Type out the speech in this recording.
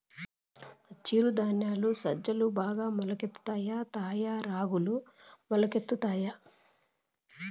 చిరు ధాన్యాలలో సజ్జలు బాగా మొలకెత్తుతాయా తాయా రాగులు మొలకెత్తుతాయా